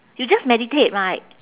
you just meditate right